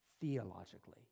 theologically